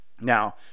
now